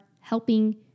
helping